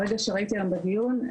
הרגש שראיתי היום בדיון,